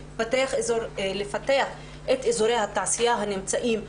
יש לפתח את אזורי התעשייה הנמצאים בדרום,